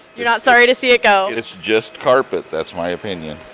you're not sorry to see it go. it's just carpet. that's my opinion.